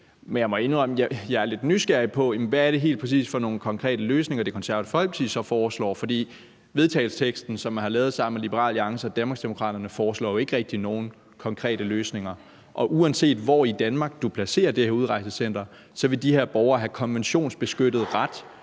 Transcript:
jeg er lidt nysgerrig på, hvad det helt præcis er for nogle konkrete løsninger, Det Konservative Folkeparti så foreslår, for vedtagelsesteksten, som man har lavet sammen med Liberal Alliance og Danmarksdemokraterne, foreslår jo ikke rigtig nogen konkrete løsninger. Og uanset hvor i Danmark du placerer det her udrejsecenter, vil de her mennesker have konventionsbeskyttet ret